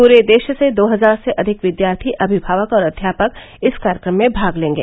पूरे देश से दो हजार से अधिक विद्यार्थी अभिभावक और अध्यापक इस कार्यक्रम में भाग लेंगे